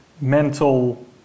mental